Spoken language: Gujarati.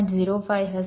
05 હશે